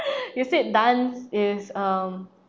you said dance is um